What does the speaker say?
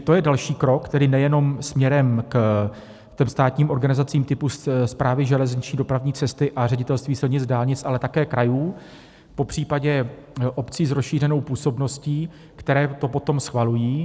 To je další krok nejen směrem ke státním organizacím typu Správy železniční dopravní cesty a Ředitelství silnic a dálnic, ale také krajů, popřípadě obcí s rozšířenou působností, které to potom schvalují.